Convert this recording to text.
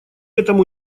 этому